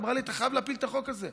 ואמרה לי: אתה חייב להפיל את החוק הזה.